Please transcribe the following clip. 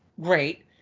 great